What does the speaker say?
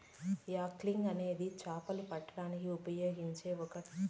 angling అనేది చాపలు పట్టేకి ఉపయోగించే ఒక టెక్నిక్